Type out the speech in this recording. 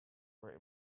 great